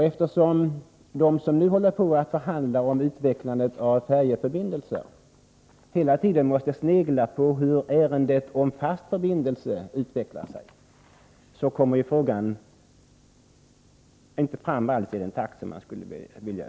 Eftersom de som nu håller på att förhandla om utvecklandet av färjeförbindelser hela tiden måste snegla på hur ärendet om fast förbindelse utvecklar sig, så drivs frågan inte alls fram i den takt som man skulle önska.